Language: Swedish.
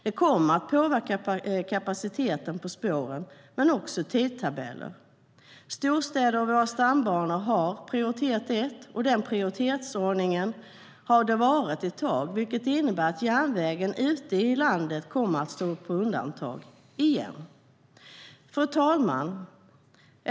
Det kommer att påverka kapaciteten på spåren men också tidtabeller. Storstäder och våra stambanor har prioritet ett, och den prioritetsordningen har funnits ett tag. Det innebär att järnvägen ute i landet kommer att stå på undantag - igen. Fru talman!